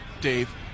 Dave